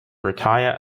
retire